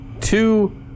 two